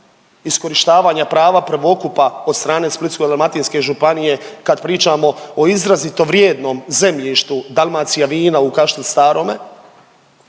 iskorištavanja prava prvokupa od strane Splitsko-dalmatinske županije kad pričamo o izrazito vrijednom zemljištu Dalmacija vina u Kaštel Starome.